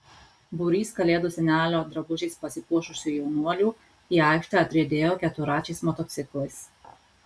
būrys kalėdų senelio drabužiais pasipuošusių jaunuolių į aikštę atriedėjo keturračiais motociklais